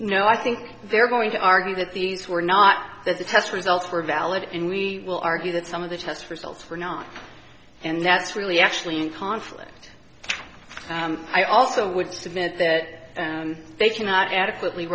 no i think they're going to argue that these were not that the test results were valid and we will argue that some of the test results were not and that's really actually in conflict i also would submit that they cannot adequately